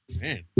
Man